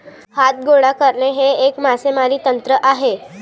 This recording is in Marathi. हात गोळा करणे हे एक मासेमारी तंत्र आहे